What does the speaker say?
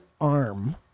arm